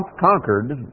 conquered